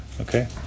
Okay